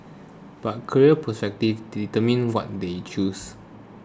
but career prospects determined what they chose